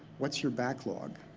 what's your backlog?